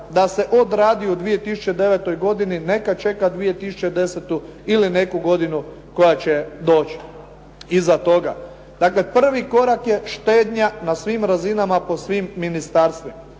da se odradi u 2009. godini, neka čeka 2010. ili neku godinu koja će doći iza toga. Dakle, prvi korak je štednja na svim razinama, po svim ministarstvima.